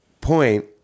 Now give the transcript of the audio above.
point